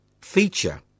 feature